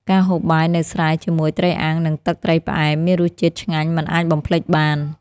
ការហូបបាយនៅស្រែជាមួយត្រីអាំង និងទឹកត្រីផ្អែម មានរសជាតិឆ្ងាញ់មិនអាចបំភ្លេចបាន។